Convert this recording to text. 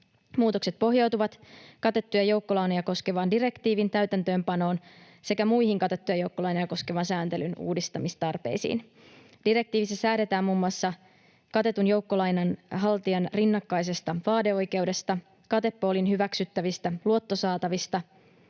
Muutokset pohjautuvat katettuja joukkolainoja koskevan direktiivin täytäntöönpanoon sekä muihin katettuja joukkolainoja koskevan sääntelyn uudistamistarpeisiin. Direktiivissä säädetään muun muassa katetun joukkolainan haltijan rinnakkaisesta vaadeoikeudesta, katepoolin hyväksyttävistä luottosaatavista